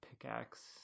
pickaxe